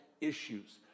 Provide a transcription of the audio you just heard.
issues